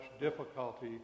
difficulty